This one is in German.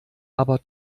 aber